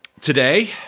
Today